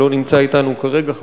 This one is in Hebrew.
שלא נמצא אתנו כרגע,